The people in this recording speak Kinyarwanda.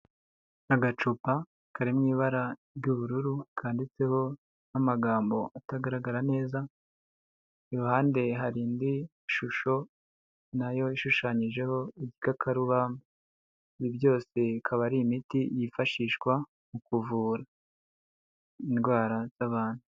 Agacupa kari mu ibara ry'ubururu kanditseho n'amagambo atagaragara neza, iruhande hari indi shusho na yo ishushanyijeho igikakarubamba. Ibi byose bikaba ari imiti yifashishwa mu kuvura indwara z'abantu.